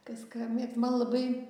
kas ką mėgs man labai